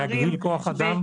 כל חקירה וכל אירוע,